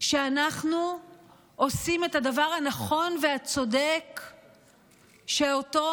שאנחנו עושים את הדבר הנכון והצודק שאותו